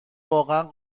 واقعا